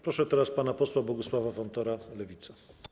Proszę teraz pana posła Bogusława Wontora, Lewica.